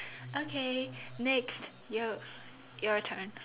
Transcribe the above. okay next you your turn